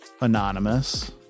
Anonymous